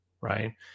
right